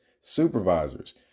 supervisors